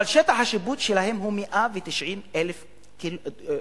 אבל שטח השיפוט שלהם הוא 190,000 דונם.